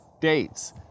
dates